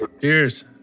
Cheers